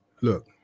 Look